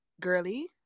Girly